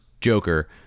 Joker